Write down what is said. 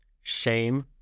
shame